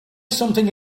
something